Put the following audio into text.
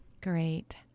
Great